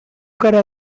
cara